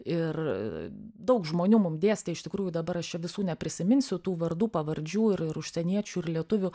ir daug žmonių mum dėstė iš tikrųjų dabar aš čia visų neprisiminsiu tų vardų pavardžių ir ir užsieniečių ir lietuvių